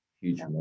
Huge